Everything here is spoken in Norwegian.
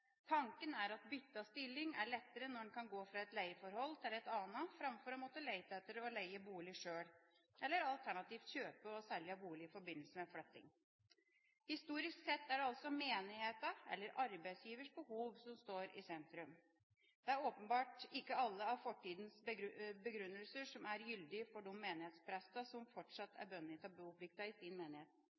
Tanken er at bytte av stilling er lettere når en kan gå fra et leieforhold til et annet framfor å måtte lete etter og leie bolig selv, eller alternativt kjøpe og selge bolig i forbindelse med flytting. Historisk sett er det altså menighetens eller arbeidsgivers behov som står i sentrum. Det er åpenbart ikke alle av fortidens begrunnelser som er gyldige for de menighetsprestene som fortsatt er bundet av boplikten i sin menighet.